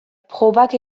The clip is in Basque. probak